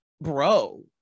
bro